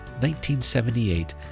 1978